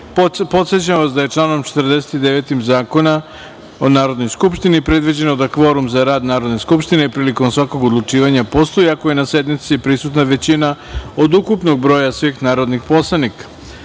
vas da je članom 49. Zakona o Narodnoj skupštini predviđeno da kvorum za rad Narodne skupštine prilikom svakog odlučivanja postoji ako je na sednici prisutna većina od ukupnog broja svih narodnih poslanika. Radi